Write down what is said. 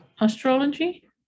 astrology